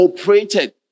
operated